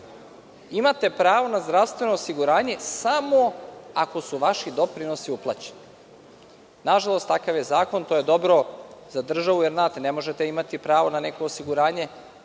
imate pravo na zdravstveno osiguranje samo ako su vaši doprinosi uplaćeni. Nažalost, takav je zakon i to je dobro za državu jer, znate, ne možete imati pravo na neko osiguranje